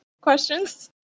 questions